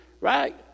right